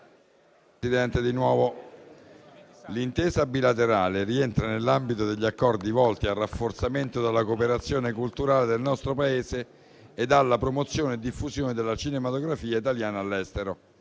Presidente, questa intesa bilaterale rientra nell'ambito degli accordi volti al rafforzamento della cooperazione culturale del nostro Paese e alla promozione e diffusione della cinematografia italiana all'estero.